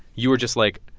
you were just like,